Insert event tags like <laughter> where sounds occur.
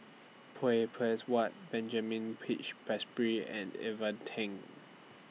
<unintelligible> Whatt Benjamin Peach <unintelligible> and Ivan Tng